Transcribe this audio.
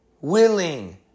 willing